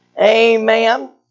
Amen